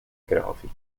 grafik